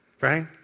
right